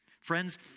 Friends